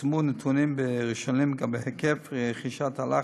פורסמו לציבור נתונים ראשונים על היקף רכישת אלח